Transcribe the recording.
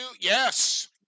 Yes